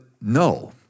no